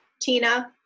Tina